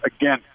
Again